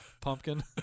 pumpkin